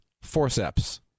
forceps